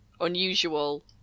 unusual